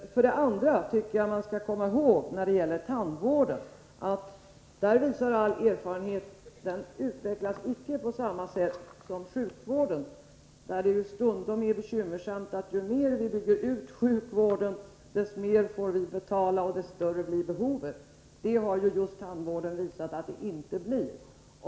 För det andra: All erfarenhet visar att tandvården icke utvecklas på samma sätt som sjukvården. Inom sjukvården har vi den stundom bekymmersamma situationen att ju mer vi bygger ut vården, desto mer får vi betala och desto större blir behovet. Det har visat sig att det inte är så när det gäller tandvården.